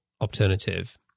Alternative